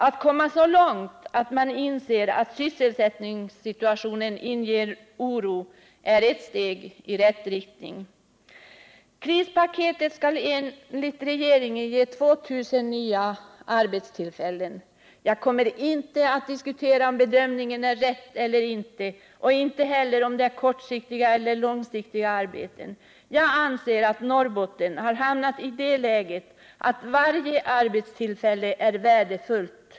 Att komma så långt att man inser att sysselsättningssituationen inger oro är ett steg i rätt riktning. Krispaketet skall enligt regeringen ge 2 000 nya arbetstillfällen. Jag kommer inte att diskutera om bedömningen är rätt eller inte och inte heller om det är kortsiktiga eller långsiktiga arbeten. Jag anser att Norrbotten har hamnat i det läget att varje arbetstillfälle är värdefullt.